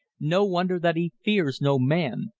no wonder that he fears no man,